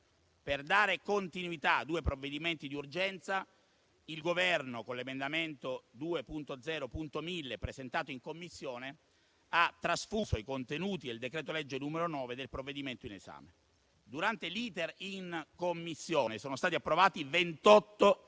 Per dare continuità a due provvedimenti di urgenza, il Governo, con l'emendamento 2.0.1000, presentato in Commissione, ha trasfuso i contenuti del decreto-legge n. 9 nel provvedimento in esame. Durante l'*iter* in Commissione sono stati approvati